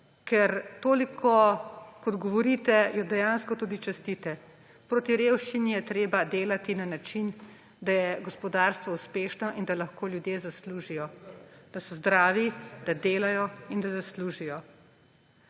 ker toliko kot govorite, jo dejansko častite. Proti revščini je treba delati na način, da je gospodarstvo uspešno in da lahko ljudje zaslužijo, da so zdravi, da delajo in da zaslužijo.